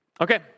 Okay